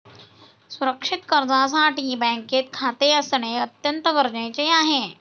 सुरक्षित कर्जासाठी बँकेत खाते असणे अत्यंत गरजेचे आहे